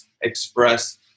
express